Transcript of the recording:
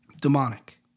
Demonic